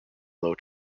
low